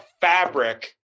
fabric